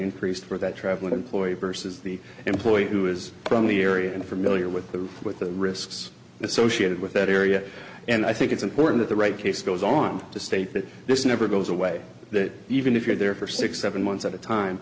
increased for that travelling employee versus the employee who is from the area and familiar with the with the risks associated with that area and i think it's important that the right case goes on to state that this never goes away that even if you're there for six seven months at a time